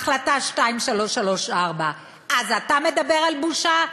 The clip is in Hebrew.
החלטה 2334. אז אתה מדבר על בושה,